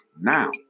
now